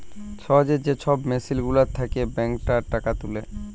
সহজে যে ছব মেসিল গুলার থ্যাকে ব্যাংকটর টাকা তুলে